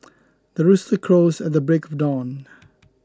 the rooster crows at the break of dawn